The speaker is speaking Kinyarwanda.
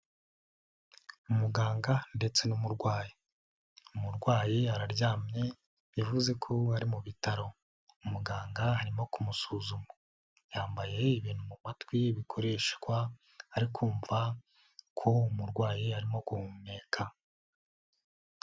Umuganga ndetse n'umurwayi, umurwayi yararyamye yavuze ko ari mu bitaro, muganga harimo kumusuzuma. Yambaye ibintu mu matwi bikoreshwa bari kumva ko umurwayi arimo guhumeka.